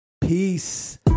Peace